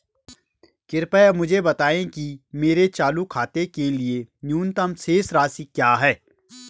कृपया मुझे बताएं कि मेरे चालू खाते के लिए न्यूनतम शेष राशि क्या है?